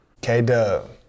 K-Dub